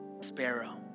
Sparrow